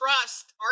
trust